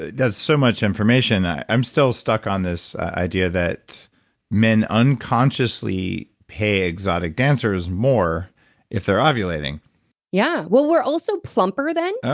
that's so much information. i'm still stuck on this idea that men unconsciously pay exotic dancers more if they're ovulating yeah. well, we're also plumper then.